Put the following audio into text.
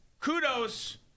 kudos